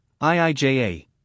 IIJA